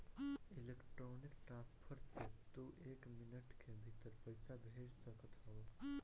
electronic transfer से तू एक मिनट के भीतर पईसा भेज सकत हवअ